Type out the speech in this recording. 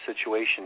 situation